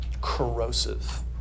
corrosive